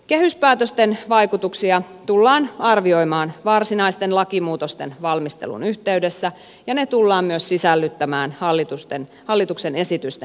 kehyspäätösten vaikutuksia tullaan arvioimaan varsinaisten lakimuutosten valmistelun yhteydessä ja ne tullaan myös sisällyttämään hallituksen esitysten perusteluihin